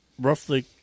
roughly